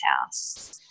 house